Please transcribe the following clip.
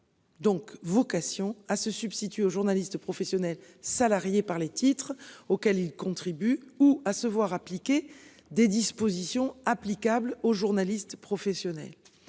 Donc vocation à se substituer aux journalistes professionnels salariés par les titres auxquels ils contribuent ou à se voir appliquer des dispositions applicables aux journalistes professionnels.